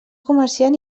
comerciant